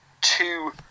two